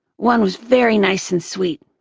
one was very nice and sweet.